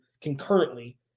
concurrently